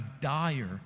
dire